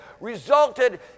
resulted